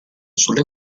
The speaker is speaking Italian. sulle